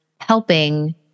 helping